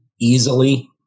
easily